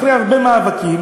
אחרי הרבה מאבקים,